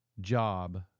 job